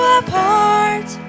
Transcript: apart